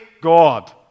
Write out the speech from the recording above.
God